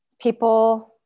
people